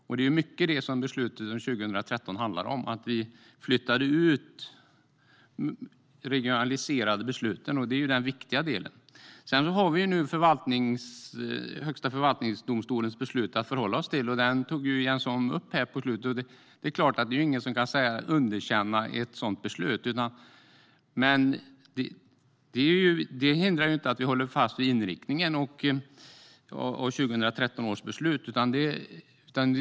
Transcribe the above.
Beslutet från 2013 handlar mycket om det viktiga i att flytta ut och regionalisera besluten. Vi har Högsta förvaltningsdomstolens beslut att förhålla oss till, och det tog Jens Holm upp. Ingen kan ju underkänna ett sådant beslut, men det hindrar inte att vi håller fast vid inriktningen i 2013 års beslut.